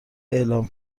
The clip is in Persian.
اعلام